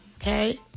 Okay